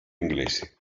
inglese